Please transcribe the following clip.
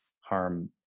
harm